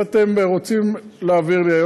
אם אתם רוצים להעביר לי,